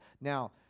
Now